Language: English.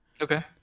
Okay